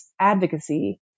advocacy